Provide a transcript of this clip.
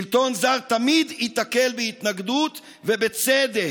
שלטון זר תמיד ייתקל בהתנגדות, ובצדק.